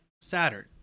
saturn